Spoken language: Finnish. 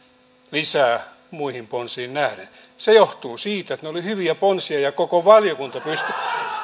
lisää muihin ponsiin nähden se johtuu siitä että ne olivat hyviä ponsia ja koko valiokunta pystyy